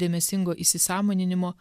dėmesingo įsisąmoninimo